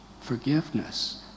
forgiveness